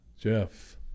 Jeff